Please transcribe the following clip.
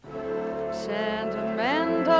Sentimental